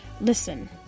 listen